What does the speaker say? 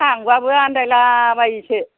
थांबाबो आन्दायला बायोसो